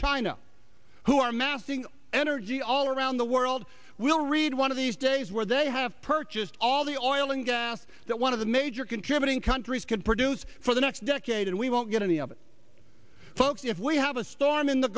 china who are amassing energy all around the world will read one of these days where they have purchased all the oil and gas that one of the major contributing countries could produce for the next decade and we won't get any of it folks if we have a storm in the